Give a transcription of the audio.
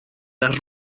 las